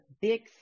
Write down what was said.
big